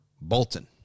Bolton